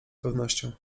pewnością